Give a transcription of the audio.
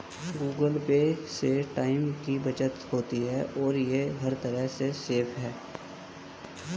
Google Pay से time की बचत होती है और ये हर तरह से सेफ है